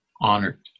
honored